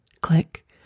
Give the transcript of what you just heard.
Click